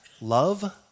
love